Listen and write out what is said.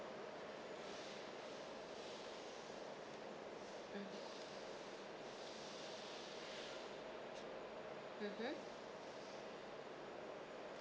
mm mmhmm